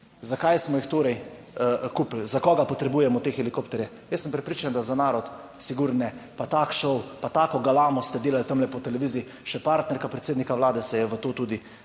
Zakaj smo jih torej kupili? Za koga potrebujemo te helikopterje? Jaz sem prepričan, da za narod sigurno, pa tak šov, pa tako galamo ste delali tamle po televiziji, še partnerka predsednika Vlade se je v to tudi